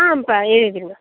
ஆம்பா எழுதிடுங்க